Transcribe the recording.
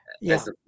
Yes